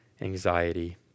anxiety